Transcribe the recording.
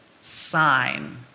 sign